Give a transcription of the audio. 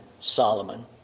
Solomon